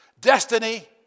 destiny